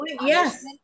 yes